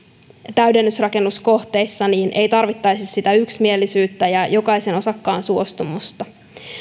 täydennysrakennuskohteissa ei tarvittaisi sitä yksimielisyyttä ja jokaisen osakkaan suostumusta